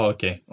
Okay